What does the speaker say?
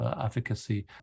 efficacy